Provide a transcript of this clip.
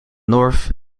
north